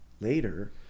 later